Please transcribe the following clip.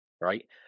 right